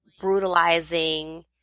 brutalizing